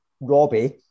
Robbie